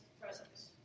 presence